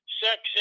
sex